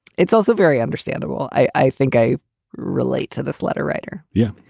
it's also very understandable. i i think i relate to this letter writer yeah,